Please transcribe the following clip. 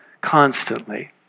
constantly